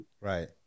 Right